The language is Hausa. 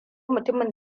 mutumin